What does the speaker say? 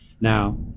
Now